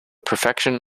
perfection